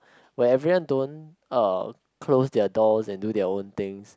where everyone don't uh close their doors and do their own things